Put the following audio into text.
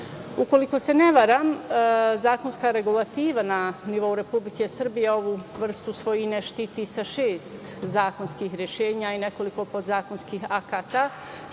itd. Ukoliko se ne varam, zakonska regulativa na nivou Republike Srbije ovu vrstu svojine štiti sa šest zakonskih rešenja i nekoliko podzakonskih akata,